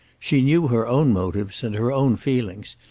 she knew her own motives and her own feelings,